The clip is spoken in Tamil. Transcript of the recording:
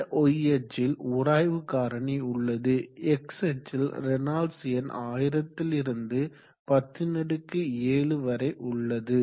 இந்த y அச்சில் உராய்வு காரணி உள்ளது x அச்சில் ரேனால்ட்ஸ் எண் 1000 லிருந்து 107வரை உள்ளது